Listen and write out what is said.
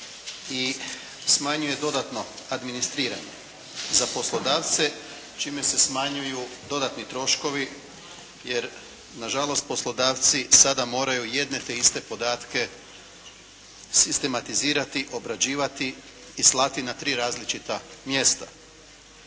i smanjuje dodatno administriranje za poslodavce čime se smanjuju dodatni troškovi jer na žalost poslodavci sada moraju jedne te iste podatke sistematizirati, obrađivati i slati na tri različita mjesta.